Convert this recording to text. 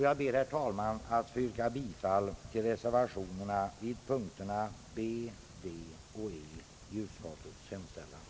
Jag ber, herr talman, att få yrka bifall till reservationerna vid punkterna B, D och E och i övrigt till utskottets hemställan.